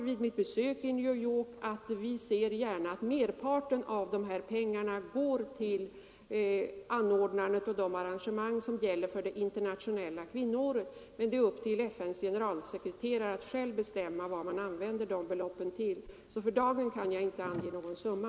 Vid mitt besök i New York anförde jag att vi gärna ser att merparten av dessa pengar går till arrangemang i samband med det internationella kvinnoåret men att FN:s generalsekreterare kan bestämma vad beloppen skall användas till. För dagen kan jag inte ange någon summa.